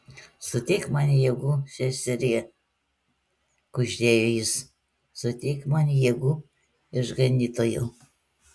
suteik man jėgų seserie kuždėjo jis suteik man jėgų išganytojau